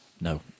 No